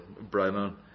Brian